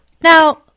now